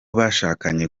bashakanye